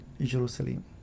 Jerusalem